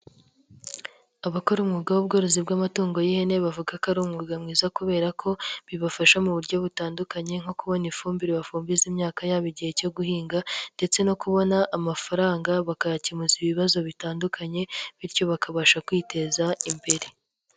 Abakora umwuga w'ubworozi bw'amatungo y'ihene bavuga ko ari umwuga mwiza kubera ko bibafasha mu buryo butandukanye nko kubona ifumbire bafumbiza imyaka yabo igihe cyo guhinga ndetse no kubona amafaranga, bakayakemuza ibibazo bitandukanye bityo bakabasha kwiteza imbere.